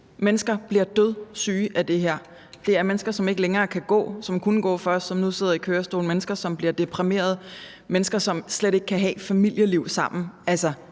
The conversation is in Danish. mennesker bliver dødssyge af det her. Det er mennesker, som ikke længere kan gå – som kunne gå før, men som nu sidder i kørestol – og mennesker, som bliver deprimerede, og mennesker, som slet ikke kan have et familieliv sammen.